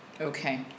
Okay